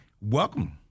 welcome